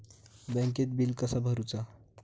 बँकेत बिल कसा भरुचा?